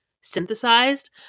synthesized